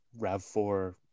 RAV4